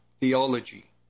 Theology